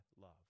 love